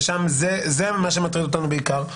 ושם זה מה שמטריד אותנו בעיקר.